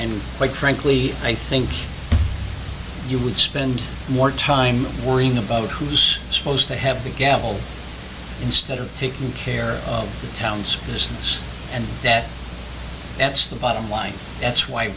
and quite frankly i think you would spend more time worrying about who's supposed to have the gavel instead of taking care of towns first and that that's the bottom line that's why